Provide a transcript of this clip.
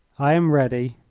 i am ready.